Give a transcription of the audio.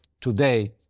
today